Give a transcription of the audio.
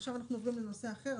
אנחנו עוברים לנושא אחר,